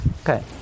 Okay